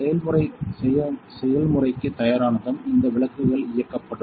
செயல்முறை செயல்முறைக்கு தயாரானதும் இந்த விளக்குகள் இயக்கப்படும்